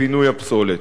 לפינוי הפסולת.